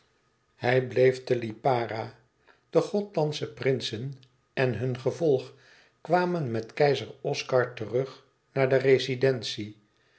hij bleef te ipara e ids aargang e othlandsche prinsen en hun gevolg kwamen met keizer oscar terug naar de rezidentie